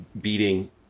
beating